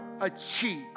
achieve